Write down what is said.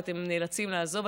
ואתם נאלצים לעזוב,